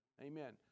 amen